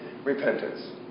Repentance